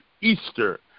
Easter